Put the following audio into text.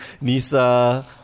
Nisa